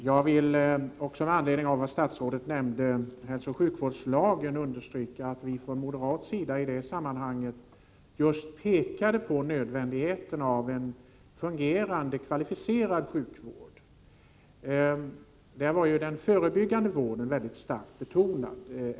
Herr talman! Med anledning av vad statsrådet nämnde om hälsooch sjukvårdslagen vill jag understryka att vi från moderat sida i detta sammanhang just pekade på nödvändigheten av en fungerande kvalificerad sjukvård. I detta sammanhang var den förebyggande vården mycket starkt betonad.